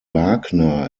wagner